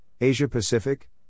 Asia-Pacific